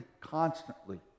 constantly